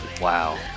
wow